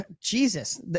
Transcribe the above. jesus